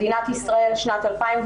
מדינת ישראל שנת 2020